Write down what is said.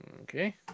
Okay